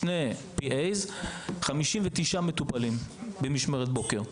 שני עוזרי רופא ו-59 מטופלים במשמרת בוקר.